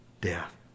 death